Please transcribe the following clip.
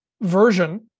version